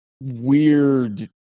weird